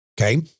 Okay